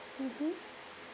mmhmm